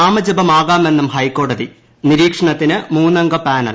നാമജപമാകാമെന്നും ഹൈക്കോട്ടതി നിരീക്ഷണത്തിന് മൂന്നംഗ പാനൽ